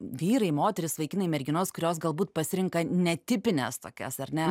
vyrai moterys vaikinai merginos kurios galbūt pasirenka netipines tokias ar ne